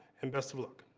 and, best of luck!